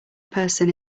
person